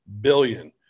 billion